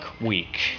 Week